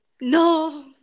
No